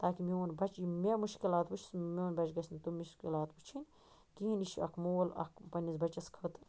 تاکہِ میون بَچہِ یِم مےٚ مُشکِلات وٕچھِ میون بَچہِ گَژھِ نہٕ تِم مشکِلات وٕچھِنۍ کِہیٖنۍ یہِ چھُ اَکھ مول اَکھ پننس بَچس خٲطرٕ